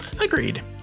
agreed